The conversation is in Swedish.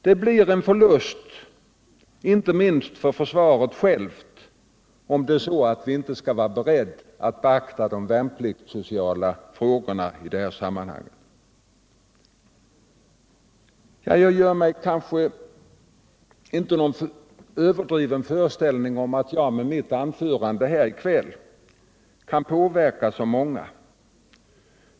Det blir en förlust inte minst för försvaret självt om vi inte beaktar de värnpliktssociala frågorna i detta sammanhang. Jag gör mig inte någon överdriven föreställning om att jag med mitt inlägg i kväll kan påverka så många.